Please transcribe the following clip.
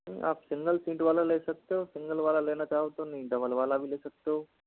आप single seat वाला ले सकते हो सिंगल वाला लेना चाहो तो नहीं डबल वाला भी ले सकते हो